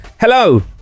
Hello